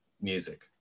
music